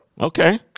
Okay